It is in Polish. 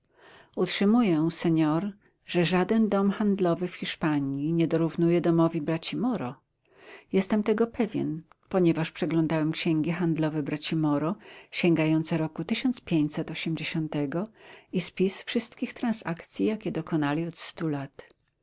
utrzymuję senor że żaden dom handlowy w hiszpanii nie dorównuje domowi braci moro jestem tego pewien ponieważ przeglądałem księgi handlowe braci moro sięgające roku i spis wszystkich transakcji jakich dokonali od stu lat